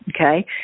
Okay